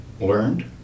learned